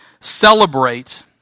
celebrate